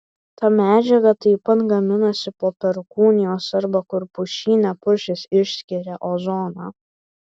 ta medžiaga taip pat gaminasi po perkūnijos arba kur pušyne pušys išskiria ozoną